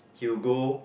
he will go